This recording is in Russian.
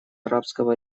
арабского